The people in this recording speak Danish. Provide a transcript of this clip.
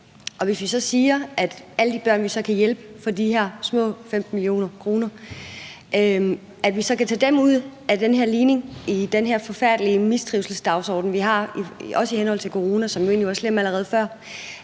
kan så sige, at alle de børn, vi så kan hjælpe for de her små 15 mio. kr., kan vi tage ud af den her ligning i den her forfærdelige mistrivselsdagsorden, vi har, også i henhold til corona, men som jo egentlig var slem allerede før.